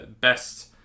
Best